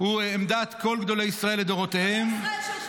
הוא עמדת כל גדולי ישראל לדורותיהם -- גדולי ישראל שלך,